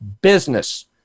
business